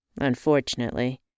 Unfortunately